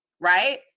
right